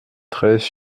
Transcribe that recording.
treize